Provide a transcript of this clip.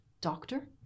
doctor